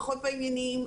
פחות בעניינים,